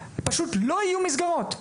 פשוט לא יהיו מסגרות.